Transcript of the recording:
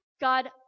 God